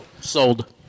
Sold